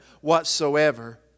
whatsoever